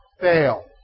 Fail